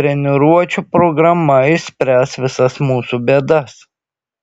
treniruočių programa išspręs visas mūsų bėdas